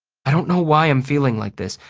i don't know why i'm feeling like this,